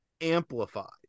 amplified